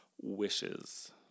wishes